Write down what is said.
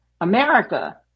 America